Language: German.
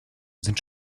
sind